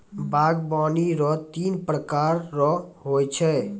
बागवानी रो तीन प्रकार रो हो छै